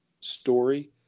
story